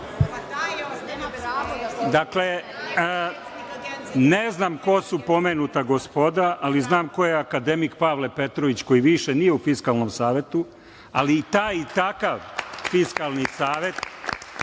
Dakle, ne znam ko su pomenuta gospoda, ali znam ko je akademik Pavle Petrović koji nije više u Fiskalnom savetu, ali i taj i takav Fiskalni savet